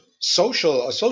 social